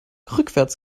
rückwärts